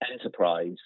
enterprise